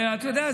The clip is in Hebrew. ואתה יודע,